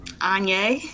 Anya